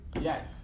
Yes